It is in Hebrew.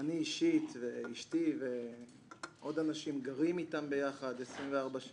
אני אישית ואשתי ועוד אנשים גרים איתם ביחד 24/7,